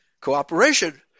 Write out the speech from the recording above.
cooperation